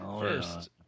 First